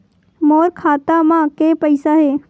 मोर खाता म के पईसा हे?